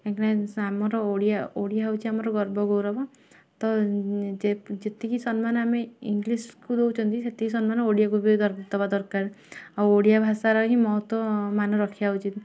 କାହିଁକିନା ଆମର ଓଡ଼ିଆ ଓଡ଼ିଆ ହେଉଛି ଆମର ଗର୍ବ ଗୌରବ ତ ଯେତିକି ସମ୍ମାନ ଆମେ ଇଂଲିଶକୁ ଦେଉଛନ୍ତି ସେତିକି ସମ୍ମାନ ଓଡ଼ିଆକୁ ବି ଦେବା ଦରକାର ଆଉ ଓଡ଼ିଆ ଭାଷାର ମହତ୍ତ୍ୱ ମାନ ରଖିବା ଉଚିତ